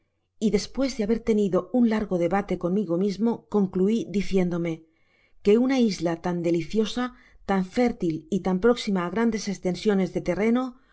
y despues de haber tenido uo largo debate conmigo mismo concluí diciéadome que una isla tan deliciosa tan fértil y tan próxima á grandes ostensiones de terreno